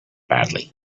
badly